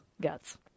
guts